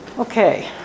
Okay